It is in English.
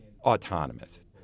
autonomous